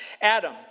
Adam